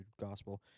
gospel